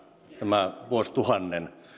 tämä vuosituhannen